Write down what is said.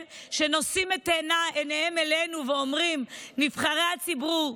שנושאים את עיניהם אלינו ואומרים: נבחרי הציבור,